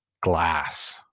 glass